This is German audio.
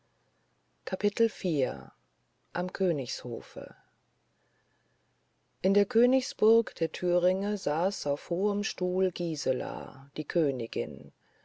am königshofe in der königsburg der thüringe saß auf hohem stuhl gisela die königin